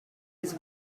his